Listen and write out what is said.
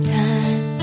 time